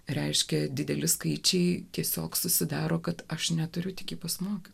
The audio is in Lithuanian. reiškia dideli skaičiai tiesiog susidaro kad aš neturiu tik pasmukti